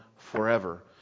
forever